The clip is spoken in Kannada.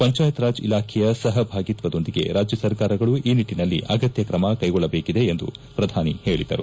ಪಂಚಾಯತ್ ರಾಜ್ ಇಲಾಖೆಯ ಸಹಭಾಗಿತ್ವದೊಂದಿಗೆ ರಾಜ್ಯ ಸರ್ಕಾರಗಳು ಈ ನಿಟ್ಟಿನಲ್ಲಿ ಅಗತ್ಯ ಕ್ರಮ ಕೈಗೊಳ್ಳಬೇಕಿದೆ ಎಂದು ಪ್ರಧಾನಿ ಹೇಳಿದರು